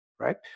right